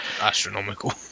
astronomical